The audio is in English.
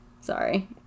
Sorry